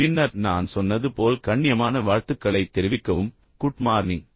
பின்னர் நான் சொன்னது போல் கண்ணியமான வாழ்த்துக்களைத் தெரிவிக்கவும் குட் மார்னிங்